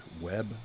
Web